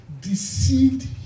deceived